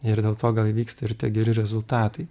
ir dėl to gal įvyksta ir tie geri rezultatai